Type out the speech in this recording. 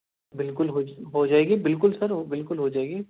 بالکل ہو جا ہوجائے گی بالکل سر بالکل ہوجائے گی